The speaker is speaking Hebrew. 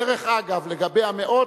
דרך אגב, לגבי המאות,